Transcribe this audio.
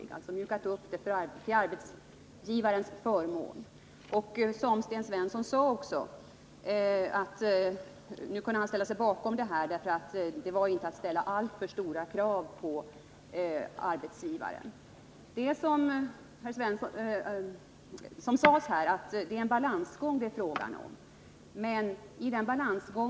Man har alltså mjukat upp förslaget till arbetsgivarens förmån. Detta bekräftas av det som Sten Svensson sade, nämligen att nu kunde han ställa sig bakom förslaget, för nu innebar det inte att man ställde alltför stora krav på arbetsgivaren. Som det har sagts här är det fråga om en balansgång. Man får väga de olika intressena mot varandra.